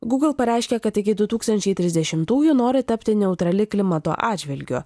google pareiškė kad iki du tūkstančiai trisdešimtųjų nori tapti neutrali klimato atžvilgiu